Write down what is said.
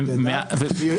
היינו שותפים לזה.